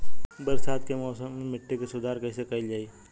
बरसात के मौसम में मिट्टी के सुधार कईसे कईल जाई?